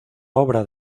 obra